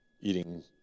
eating